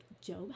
Job